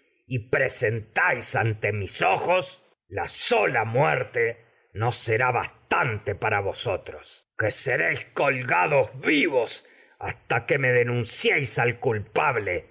descu ante presentáis mis ojos la que sola muerte no será bastante para vosotros seréis colgados vivos hasta para que que me denunciéis en al culpable